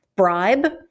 Bribe